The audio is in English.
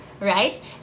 right